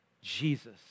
Jesus